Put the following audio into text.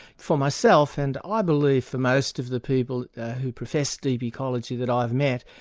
for myself, and ah i believe for most of the people who profess deep ecology that i've met,